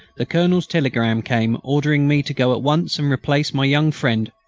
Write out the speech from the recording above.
the colonel's telegram came ordering me to go at once and replace my young friend,